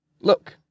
Look